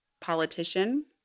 politician